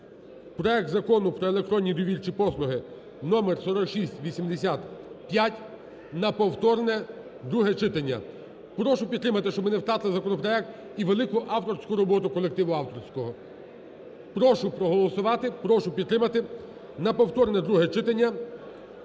проект Закону про електронні довірчі послуги (номер 4685) на повторне друге читання. Прошу підтримати, щоб ми не втратили законопроект і велику авторську роботу колективу авторського. Прошу проголосувати, прошу підтримати на повторне друге читання